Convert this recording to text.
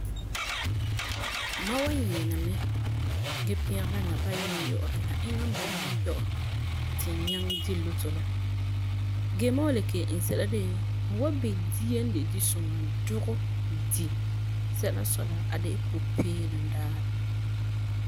Mam wan nyɛɛna mɛ gee pɛgera naba ayinɛ yu'urɛ la eŋa n bo ma yɔ'ɔ ti n nyaŋɛ di lotto la. gee mam n wan kelum iŋɛ sɛla de la,n wan bisɛ dia n de disuŋa dugɛ di sɛla n sɔi la,a de la pupeelum daarɛ.